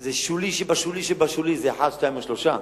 זה שולי שבשולי שבשולי, זה אחד, שניים או שלושה.